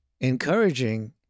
encouraging